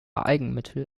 eigenmittel